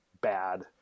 bad